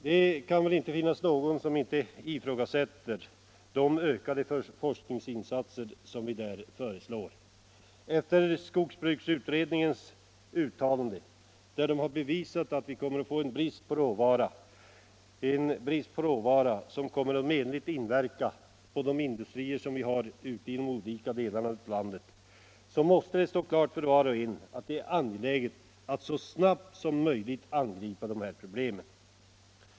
Det finns väl inte någon som ifrågasätter de ökade forskningsinsatser som vi där föreslår. Efter att ha läst skogsutredningens delbetänkande, vari uttalas farhågor för att vi kommer att få brist på skogsråvara, vilket kommer att menligt inverka på de skogsindustrier som finns i olika delar av landet, måste det stå klart för var och en att det är angeläget att så snabbt som möjligt angripa de här problemen.